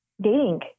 dating